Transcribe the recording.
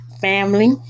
family